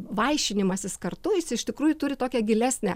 vaišinimasis kartu jis iš tikrųjų turi tokią gilesnę